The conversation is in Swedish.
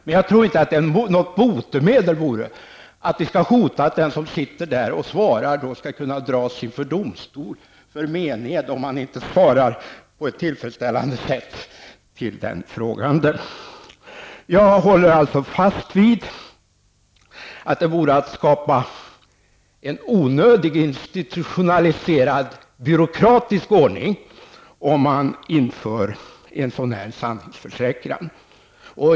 Men jag tror inte att det är ett botemedel att hota den som sitter och svarar att han skall kunna dras inför domstol för mened om han inte svarar på ett tillfredsställande sätt. Jag håller fast vid att det vore att skapa en onödigt institutionaliserad byråkratisk ordning om man inför en sådan sanningsförsäkran.